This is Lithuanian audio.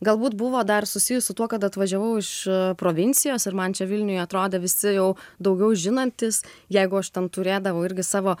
galbūt buvo dar susijus su tuo kad atvažiavau iš provincijos ir man čia vilniuj atrodė visi jau daugiau žinantys jeigu aš ten turėdavau irgi savo